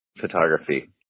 photography